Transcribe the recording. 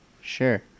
sure